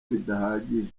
bidahagije